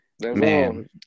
Man